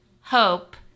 hope